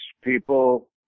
people